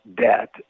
debt